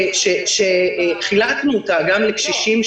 שחילקנו אותה לקשישים,